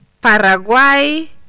Paraguay